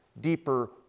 deeper